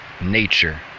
nature